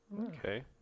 Okay